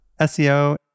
SEO